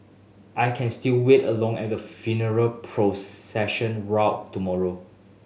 I can still wait along at the funeral procession route tomorrow